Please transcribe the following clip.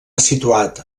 situat